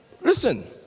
Listen